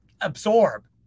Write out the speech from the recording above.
absorb